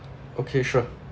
okay sure